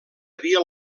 havia